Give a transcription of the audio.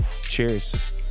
Cheers